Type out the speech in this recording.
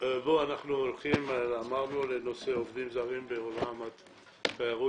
אנחנו עוברים לנושא עובדים זרים בעולם התיירות.